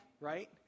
right